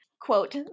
quote